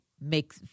make